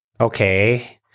Okay